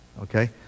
okay